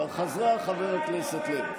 כבר חזרה, חבר הכנסת לוי.